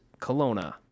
Kelowna